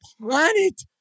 planet